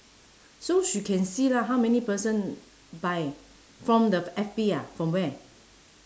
so she can see lah how many person buy from the F_B ah from where